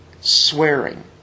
Swearing